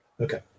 Okay